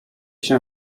się